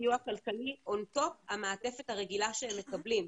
סיוע כלכלי למעלה מהמעטפת הרגילה שהם מקבלים,